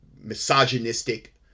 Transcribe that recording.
misogynistic